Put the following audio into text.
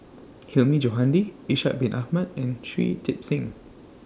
Hilmi Johandi Ishak Bin Ahmad and Shui Tit Sing